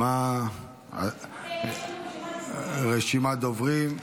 יש לנו רשימת דוברים.